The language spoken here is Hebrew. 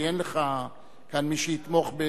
כי אין לך כאן מי שיתמוך,